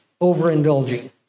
overindulging